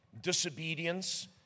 disobedience